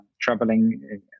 traveling